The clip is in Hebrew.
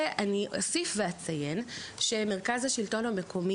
ואני אוסיף ואציין שמרכז השלטון המקומי